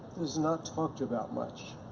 it's not talked about much.